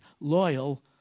loyal